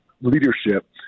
leadership